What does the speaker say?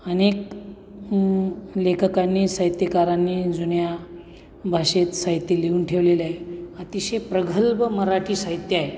अनेक लेखकांनी साहित्यकारांनी जुन्या भाषेत साहित्य लिहून ठेवलेलं आहे अतिशय प्रगल्भ मराठी साहित्य आहे